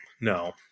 No